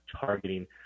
targeting